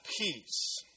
peace